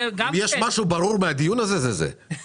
אם יש משהו ברור מהדיון הזה זה זה.